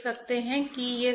संकेत देने होंगे